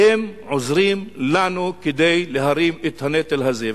אתם עוזרים לנו כדי להרים את הנטל הזה.